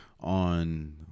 on